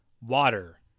water